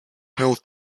health